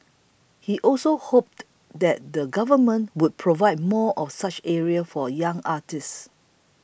he also hoped that the Government would provide more of such areas for young artists